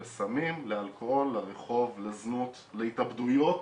לסמים, לאלכוהול, לרחוב, לזנות, להתאבדויות